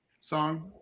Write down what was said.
song